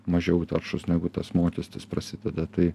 mažiau taršūs negu tas mokestis prasideda tai